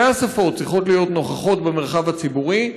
השפות צריכות להיות נוכחות במרחב הציבורי,